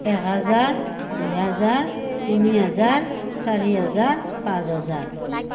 এক হাজাৰ দুই হাজাৰ তিনি হাজাৰ চাৰি হাজাৰ পাঁচ হাজাৰ